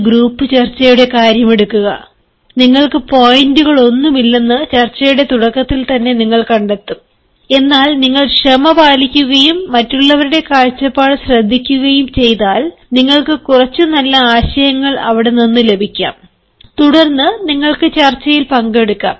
ഒരു ഗ്രൂപ്പ് ചർച്ചയുടെ കാര്യം എടുക്കുക നിങ്ങൾക്ക് പോയിന്റുകളൊന്നുമില്ലെന്ന് ചർച്ചയുടെ തുടക്കത്തിൽ തന്നെ നിങ്ങൾ കണ്ടെത്തും എന്നാൽ നിങ്ങൾ ക്ഷമ പാലിക്കുകയും മറ്റുള്ളവരുടെ കാഴ്ചപ്പാട് ശ്രദ്ധിക്കുകയും ചെയ്താൽ നിങ്ങൾക്ക് കുറച്ച് നല്ല ആശയങ്ങൾ അവിടെ നിന്നു ലഭിക്കാം തുടർന്ന് നിങ്ങൾക്ക് ചർച്ചയിൽ പങ്കെടുക്കാം